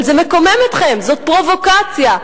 אבל זה מקומם אתכם, זאת פרובוקציה.